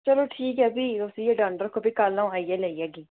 चलो ठीक ऐ फ्ही उसी गै डन्न रक्खो फ्ही कल अ'ऊं आइयै लेई जाह्गी